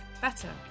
better